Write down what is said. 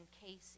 Casey